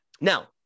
now